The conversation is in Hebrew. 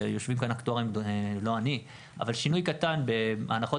ויושבים כאן אקטוארים שהם לא אני אבל שינוי קטן בהנחות